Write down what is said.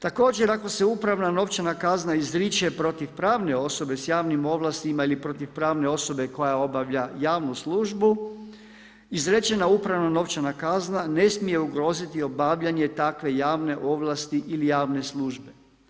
Također ako se upravna novčana kazna izriče protiv pravne osobe s javnim ovlastima ili protiv pravne osobe koja obavlja javnu službu, izrečena upravo novčana kazna, ne smije ugroziti obavljanje takve javne ovlasti ili javne službe.